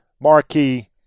marquee